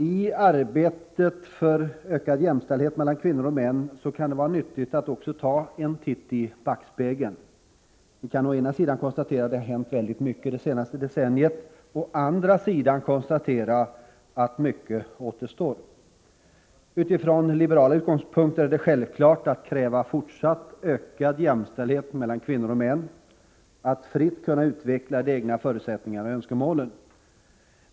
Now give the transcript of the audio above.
I arbetet för ökad jämställdhet mellan kvinnor och män kan det vara nyttigt att också ta en titt i ”backspegeln”. Vi kan å ena sidan konstatera att det hänt väldigt mycket under det senaste decenniet, å andra 9” sidan att mycket återstår. Utifrån liberala utgångspunkter är det självklart att kräva fortsatt ökad jämställdhet mellan kvinnor och män och att man fritt skall kunna utveckla de egna förutsättningarna och önskemålen.